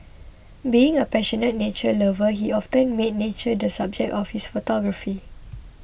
being a passionate nature lover he often made nature the subject of his photography